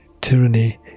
Tyranny